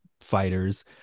fighters